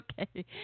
Okay